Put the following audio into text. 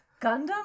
gundam